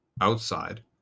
outside